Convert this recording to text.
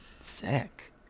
Sick